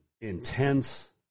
intense